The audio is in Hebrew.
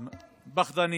פחדנים.